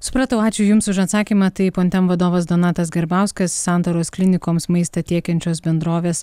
supratau ačiū jums už atsakymą tai pontem vadovas donatas garbauskas santaros klinikoms maistą tiekiančios bendrovės